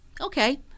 Okay